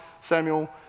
Samuel